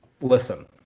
Listen